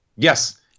Yes